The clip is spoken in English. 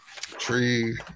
tree